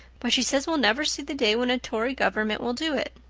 but she says we'll never see the day when a tory government will do it.